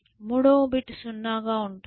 3 వ బిట్ 0 గా ఉంటుంది